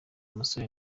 musore